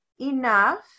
enough